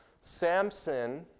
Samson